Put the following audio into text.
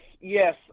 yes